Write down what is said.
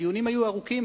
הדיונים היו ארוכים,